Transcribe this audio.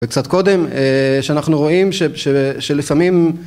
וקצת קודם שאנחנו רואים שלפעמים